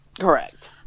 correct